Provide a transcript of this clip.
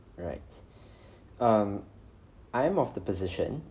right um I am of the position